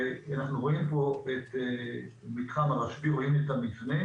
ואנחנו רואים במתחם הרשב"י את המבנה